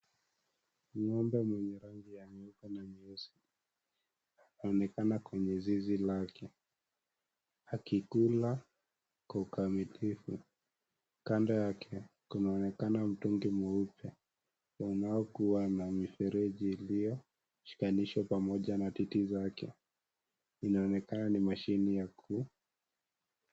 Ngombe mwenye rangi ya nyeupe na nyeusi anaonekana kwenye zizi lake , akikula kwa ukamilifu , kando yake kunaonekana mtungi mweupe unaokuwa na mfereji iliyoshikanishwa pamoja na titi zake , inaonekana ni mashini ya ku.